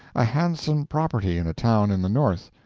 a handsome property in a town in the north,